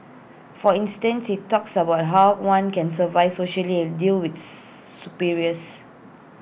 for instance IT talks about how one can survive socially and deal with superiors